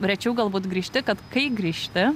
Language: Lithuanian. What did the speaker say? rečiau galbūt grįžti kad kai grįžti